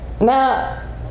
Now